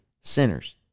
sinners